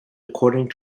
according